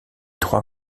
trois